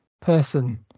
person